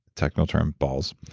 technical term, balls,